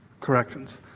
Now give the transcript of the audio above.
corrections